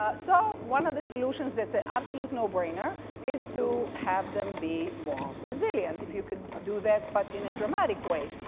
ah so one of the solutions that's a absolute no-brainer is to have them be more resilient. if you could do that but in a dramatic way.